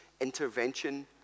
intervention